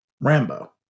Rambo